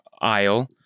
aisle